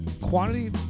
quantity